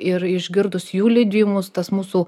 ir išgirdus jų liudijimus tas mūsų